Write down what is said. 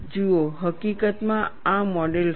જુઓ હકીકતમાં આ મોડેલ્સ છે